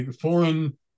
foreign